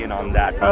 and on that.